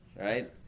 right